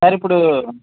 సారిప్పుడు